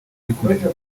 gikomeje